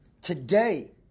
today